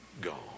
gone